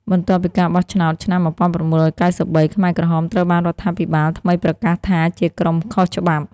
បន្ទាប់ពីការបោះឆ្នោតឆ្នាំ១៩៩៣ ខ្មែរក្រហមត្រូវបានរដ្ឋាភិបាលថ្មីប្រកាសថាជាក្រុមខុសច្បាប់។